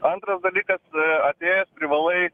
antras dalykas atėjęs privalai